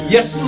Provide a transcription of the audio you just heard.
Yes